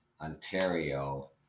Ontario